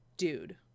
dude